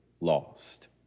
lost